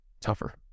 tougher